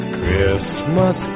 Christmas